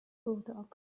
bulldogs